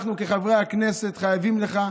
אנחנו כחברי הכנסת חייבים לך,